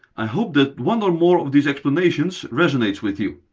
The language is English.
i hope that one or more of these explanations resonates with you!